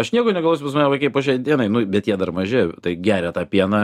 aš nieko negalvosiu pas mane vaikai po šiai dienai nu bet jie dar maži tai geria tą pieną